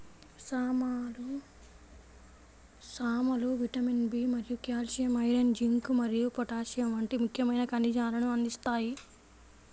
సామలు vitamin B మరియు calcium, iron, zinc మరియు పొటాషియం వంటి ముఖ్యమైన ఖనిజాలను అందిస్తాయి